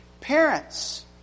parents